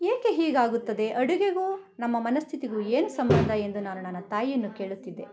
ಏಕೆ ಹೀಗಾಗುತ್ತದೆ ಅಡುಗೆಗೂ ನಮ್ಮ ಮನಸ್ಥಿತಿಗೂ ಏನು ಸಂಬಂಧ ಎಂದು ನಾನು ನನ್ನ ತಾಯಿಯನ್ನು ಕೇಳುತ್ತಿದ್ದೆ